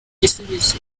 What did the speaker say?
igisubizo